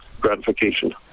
Gratification